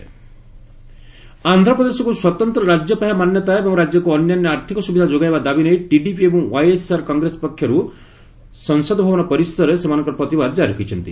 ପାର୍ଲ protests ଆନ୍ଧ୍ରପ୍ରଦେଶକୁ ସ୍ୱତନ୍ତ ରାଜ୍ୟ ପାହ୍ୟା ମାନ୍ୟତା ଏବଂ ରାଜ୍ୟକ୍ତ ଅନ୍ୟାନ୍ୟ ଆର୍ଥିକ ସୁବିଧା ଯୋଗାଇବା ଦାବିନେଇ ଟିଡିପି ଏବଂ ୱାଇଏସ୍ଆର୍ କଂଗେସ ପକ୍ଷର୍ ସଂସଦ ଭବନ ପରିସରରେ ସେମାନଙ୍କର ପ୍ରତିବାଦ ଜାରି ରଖିଛନ୍ତି